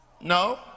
no